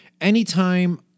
anytime